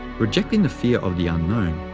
rejecting the fear of the unknown,